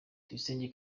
tuyisenge